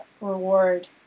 reward